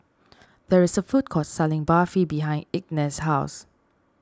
there is a food court selling Barfi behind Ignatz's house